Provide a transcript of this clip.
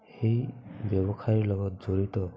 সেই ব্যৱসায়ৰ লগত জড়িত